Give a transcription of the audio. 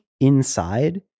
inside